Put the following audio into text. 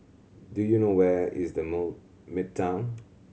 do you know where is The Midtown